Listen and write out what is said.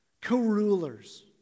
co-rulers